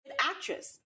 actress